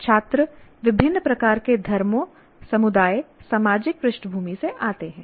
छात्र विभिन्न प्रकार के धर्मों समुदाय सामाजिक पृष्ठभूमि से आते हैं